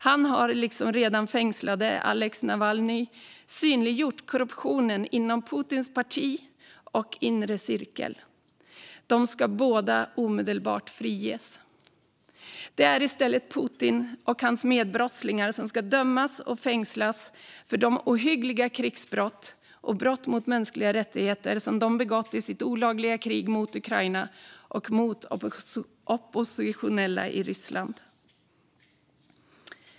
Han har, liksom redan fängslade Aleksej Navalnyj, synliggjort korruptionen inom Putins parti och inre cirkel. De ska båda omedelbart friges. Det är i stället Putin och hans medbrottslingar som ska dömas och fängslas för de ohyggliga krigsbrott och brott mot mänskliga rättigheter de begått i sitt olagliga krig mot Ukraina och mot oppositionella i Ryssland.